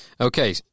okay